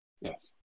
Yes